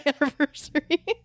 anniversary